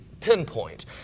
pinpoint